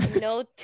no